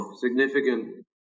significant